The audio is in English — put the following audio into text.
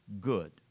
good